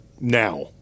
now